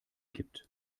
gibt